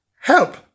help